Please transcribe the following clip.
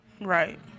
Right